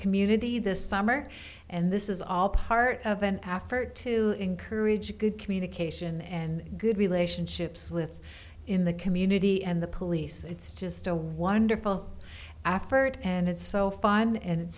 community this summer and this is all part of and after to encourage good communication and good relationships with in the community and the police it's just a wonderful afeard and it's so fine and